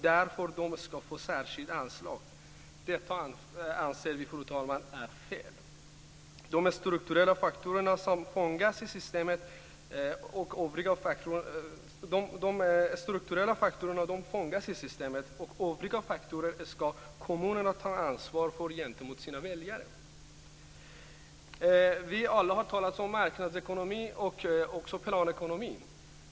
Därför ska de få särskilda anslag. Detta, fru talman, anser vi vara fel. De strukturella faktorerna fångas i systemet, och övriga faktorer ska kommunerna ta ansvar för gentemot sina väljare. Vi har alla talat om marknadsekonomi och planekonomi.